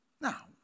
Now